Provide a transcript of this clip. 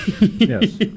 Yes